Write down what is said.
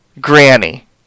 Granny